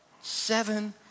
seven